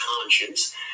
conscience